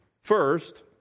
First